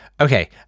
Okay